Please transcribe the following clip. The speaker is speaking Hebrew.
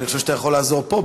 אני חושב שאתה יכול לעזור פה,